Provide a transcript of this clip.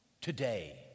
today